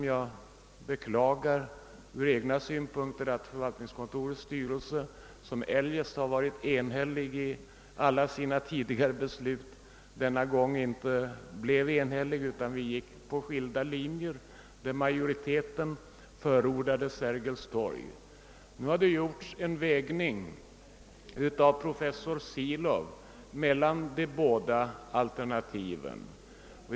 Jag beklagar att förvaltningskontorets styrelse, som eljest varit enhällig i alla sina tidigare beslut, på denna punkt inte kunde enas utan delades efter skilda linjer, varvid majoriteten förordade Sergels torg. Nu har professor Sven Silow gjort en avvägning mellan de båda alternativen.